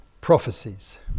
prophecies